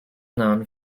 known